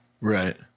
Right